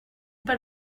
pas